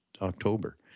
October